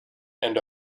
and